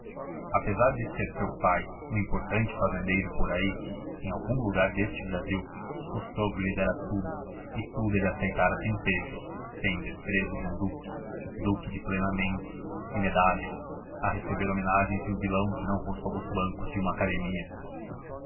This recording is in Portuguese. apesar de ser seu pai um importante fazendeiro por aí em algum lugar deste brasil o sogro lhe dera tudo e tudo ele aceitara sem pejo com o desprezo de um duque duque de plenamentes e medalhas a receber homenagens de um vilão que não roçou os bancos de uma academia